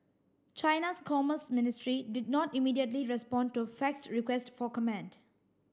China's commerce ministry did not immediately respond to a faxed request for comment